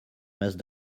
must